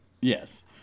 Yes